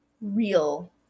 real